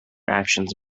actions